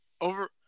over